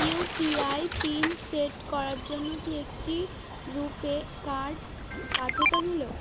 you P I pin set করার জন্য কি একটি রুপে কার্ড বাধ্যতামূলক